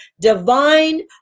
divine